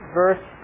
verse